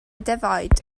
defaid